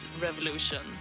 revolution